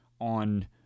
on